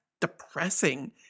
depressing